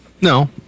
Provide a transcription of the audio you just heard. No